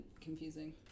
confusing